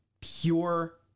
pure